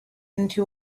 into